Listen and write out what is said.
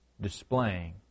displaying